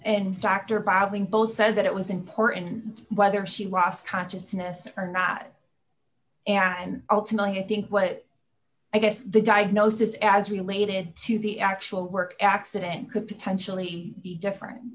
babbling both said that it was important and whether she lost consciousness or not and ultimately i think what i guess the diagnosis as related to the actual work accident could potentially be different